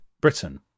Britain